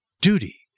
duty